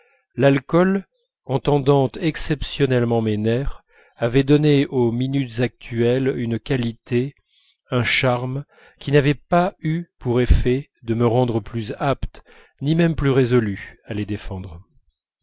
en tendant exceptionnellement mes nerfs avait donné aux minutes actuelles une qualité un charme qui n'avaient pas eu pour effet de me rendre plus apte ni même plus résolu à les défendre